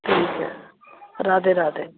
ठीक है राधे राधे